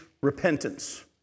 repentance